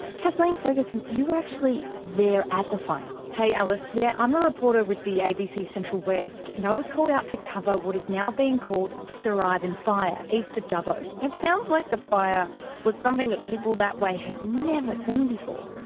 kathleen ferguson, you were actually there at the fire? hey alice, yeah i'm a reporter with the abc central west and i was called out to cover what is now being called the sir ivan fire, east of dubbo. it sounds like the fire was something people that way had never seen before?